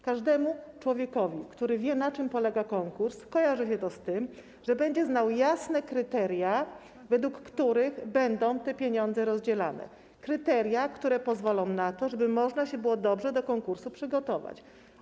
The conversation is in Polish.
Każdemu człowiekowi, który wie, na czym polega konkurs, kojarzy się to z tym, że będzie znał jasne kryteria, według których będą te pieniądze rozdzielane, kryteria, które pozwolą na to, żeby można się było dobrze do konkursu przygotować.